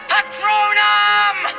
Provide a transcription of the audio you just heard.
Patronum